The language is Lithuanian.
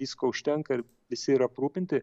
visko užtenka ir visi yra aprūpinti